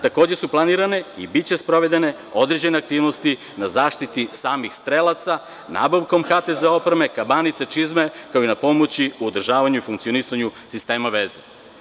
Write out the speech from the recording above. Takođe su planirane i biće sprovedene određene aktivnosti na zaštiti samih strelaca nabavkom HTZ opreme, kabanice, čizme, kao i na pomoći u održavanju i funkcionisanju sistema veza.